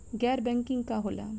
गैर बैंकिंग का होला?